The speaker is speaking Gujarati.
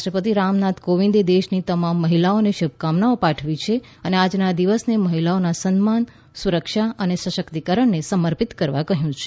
રાષ્ટ્રપતિ રામનાથ કોવિંદે દેશની તમામ મહિલા ને શુભકામનાઓ પાઠવી છે અને આજના દિવસને મહિલાઓના સન્માન સુરક્ષા અને સશક્તિકરણને સમર્પિત કરવા કહ્યું છે